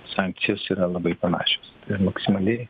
sankcijos yra labai panašios ir maksimaliai